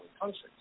countries